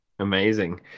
Amazing